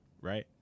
right